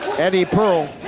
eddie pearl.